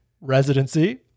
residency